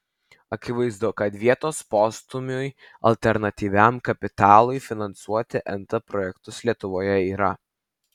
akivaizdu kad vietos postūmiui alternatyviam kapitalui finansuoti nt projektus lietuvoje yra